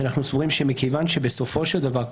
מכיוון שבסופו של דבר,